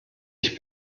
ich